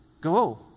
Go